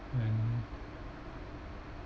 and